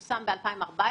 מוציאים?